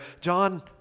John